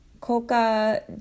Coca